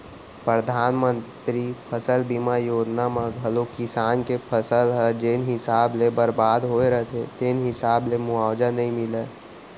परधानमंतरी फसल बीमा योजना म घलौ किसान के फसल ह जेन हिसाब ले बरबाद होय रथे तेन हिसाब ले मुवावजा नइ मिलय